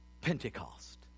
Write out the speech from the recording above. pentecost